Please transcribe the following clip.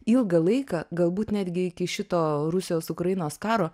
ilgą laiką galbūt netgi iki šito rusijos ukrainos karo